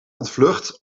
ontvlucht